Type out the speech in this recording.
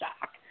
shock